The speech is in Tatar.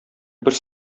бер